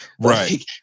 Right